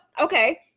okay